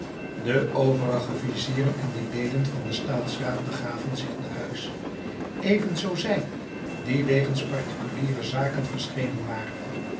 de overige vizieren en leden van den staatsraad begaven zich naar huis evenzoo zij die wegens particuliere zaken verschenen waren